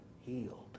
healed